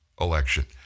election